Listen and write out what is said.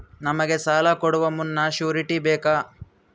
ನಮಗೆ ಸಾಲ ಕೊಡುವ ಮುನ್ನ ಶ್ಯೂರುಟಿ ಬೇಕಾ?